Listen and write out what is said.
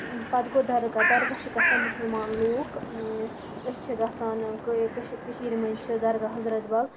پَتہٕ گوٚو دَرگاہ دَرگاہ چھِ گَژھان مسَلمان لُکھ أسۍ چھِ گَژھان کٔشیٖر کٔشیٖر مَنٛز چھِ دَرگاہ حضرَت بَل